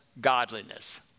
godliness